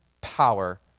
power